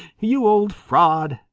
you old fraud,